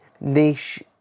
niche